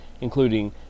including